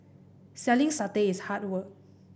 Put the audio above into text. selling satay is hard work